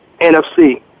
NFC